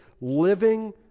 living